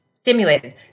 stimulated